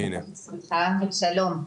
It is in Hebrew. שלום,